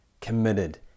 committed